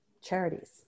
charities